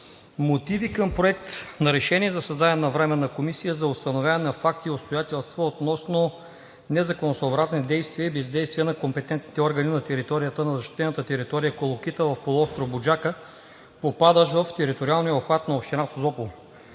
следния: „Проект! РЕШЕНИЕ за създаване на Временна комисия за установяване на факти и обстоятелства относно незаконосъобразни действия и бездействия на компетентните органи на територията на защитената територия „Колокита“ в полуостров „Буджака“, попадащ в териториалния обхват на община Созопол